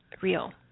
real